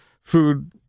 food